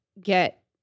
get